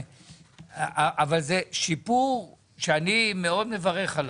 אבל זה שיפור שאני מאוד מברך עליו.